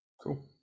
cool